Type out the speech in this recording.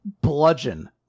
bludgeon